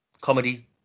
Comedy